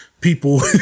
people